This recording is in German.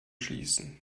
schließen